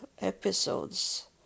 episodes